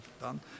done